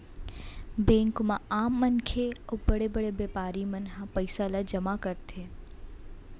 bank म आम मनखे अउ बड़े बड़े बेपारी मन ह पइसा ल जमा करथे